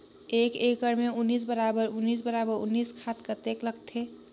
एक एकड़ मे उन्नीस बराबर उन्नीस बराबर उन्नीस खाद कतेक लगथे?